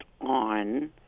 on